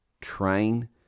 train